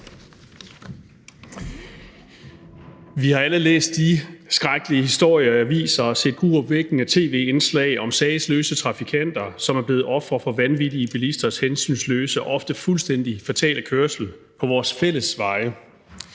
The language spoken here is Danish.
Vi har alle læst de skrækkelige historier i aviser og set gruopvækkende tv-indslag om sagesløse trafikanter, som er blevet ofre for vanvittige bilisters hensynsløse og ofte fuldstændig fatale kørsel på vores fælles veje.